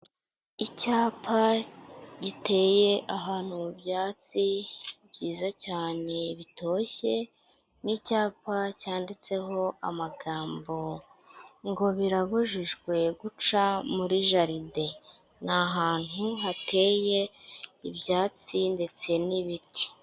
Icyapa giteye ahantu mu byatsi byiza cyane bitoshye, ni icyapa cyanditseho amagambo ngo birabujijwe guca muri jaride, ni ahantu hateye ibyatsi ndetse n'ibiti.